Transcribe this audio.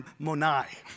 monai